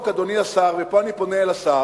אדוני השר, כותרת החוק, ופה אני פונה אל השר,